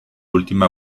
última